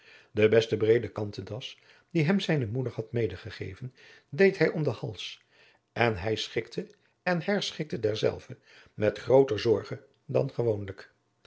de beste breede kantendas die hem zijne moeder had mede gegeven deed hij om den hals en hij schikte en herschikte dezelve met grooter zorge dan gewoonlijk